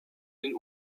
den